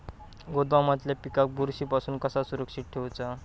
गोदामातल्या पिकाक बुरशी पासून कसा सुरक्षित ठेऊचा?